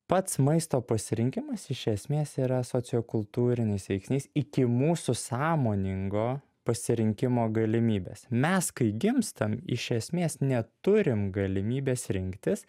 pats maisto pasirinkimas iš esmės yra sociokultūrinis veiksnys iki mūsų sąmoningo pasirinkimo galimybės mes kai gimstam iš esmės neturim galimybės rinktis